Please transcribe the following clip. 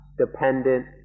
Dependent